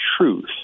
truth